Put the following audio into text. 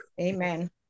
Amen